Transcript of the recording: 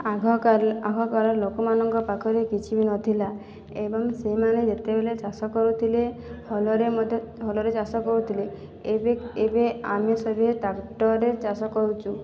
ଆଘକାଲ୍ ଆଗକାଳ ଲୋକମାନଙ୍କ ପାଖରେ କିଛି ବି ନଥିଲା ଏବଂ ସେଇମାନେ ଯେତେବେଲେ ଚାଷ କରୁଥିଲେ ଭଲରେ ମଧ୍ୟ ଭଲରେ ଚାଷ କରୁଥିଲେ ଏବେ ଏବେ ଆମେ ସରେ ଟାକ୍ଟରେ ଚାଷ କରୁଛୁ